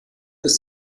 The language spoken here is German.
ist